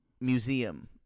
Museum